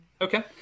Okay